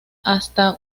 hasta